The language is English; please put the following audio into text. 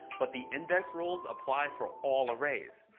but the index rules apply for all arrays.